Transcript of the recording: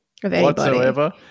whatsoever